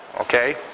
Okay